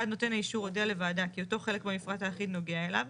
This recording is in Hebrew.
1. נותן האישור הודיע לוועדה כי אותו חלק במפרט האחיד נוגע אליו.